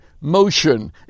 motion